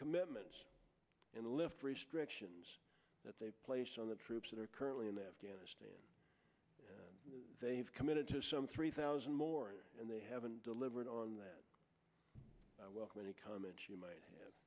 commitment in the lift restrictions that they place on the troops that are currently in afghanistan they've committed to some three thousand more and they haven't delivered on that i welcome any comments you m